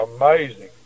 amazing